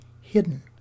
hidden